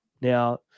Now